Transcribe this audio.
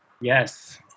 yes